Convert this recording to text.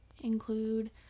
include